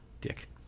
Dick